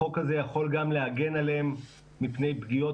החוק הזה יכול גם להגן עליהם מפני פגיעות,